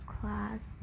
class